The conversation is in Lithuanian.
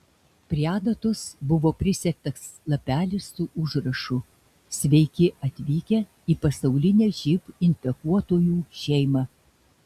prie adatos buvo prisegtas lapelis su užrašu sveiki atvykę į pasaulinę živ infekuotųjų šeimą